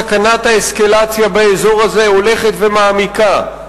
סכנת האסקלציה באזור הזה הולכת ומעמיקה.